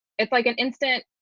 it's like an instant,